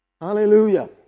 Hallelujah